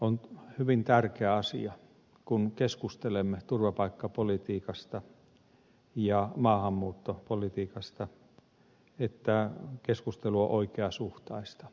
on hyvin tärkeä asia kun keskustelemme turvapaikkapolitiikasta ja maahanmuuttopolitiikasta että keskustelu on oikeasuhtaista ja rakentavaa